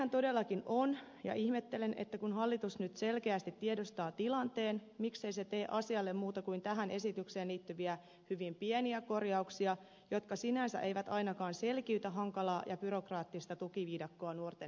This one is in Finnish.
näinhän todellakin on ja ihmettelen että kun hallitus nyt selkeästi tiedostaa tilanteen miksei se tee asialle muuta kuin tähän esitykseen liittyviä hyvin pieniä korjauksia jotka sinänsä eivät ainakaan selkiytä hankalaa ja byrokraattista tukiviidakkoa nuorten silmissä